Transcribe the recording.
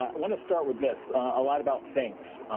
want to start with this. a lot about thanks,